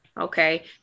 Okay